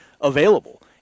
available